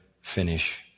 finish